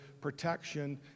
protection